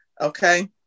Okay